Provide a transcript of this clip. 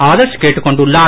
ஆதர்ஷ் கேட்டுக் கொண்டுள்ளார்